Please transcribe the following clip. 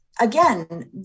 again